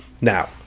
now